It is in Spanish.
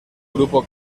grupo